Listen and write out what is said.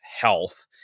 health